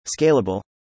scalable